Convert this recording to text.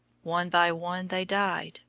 one by one they died,